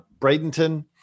Bradenton